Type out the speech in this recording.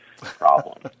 problem